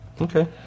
Okay